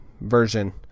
version